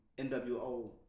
NWO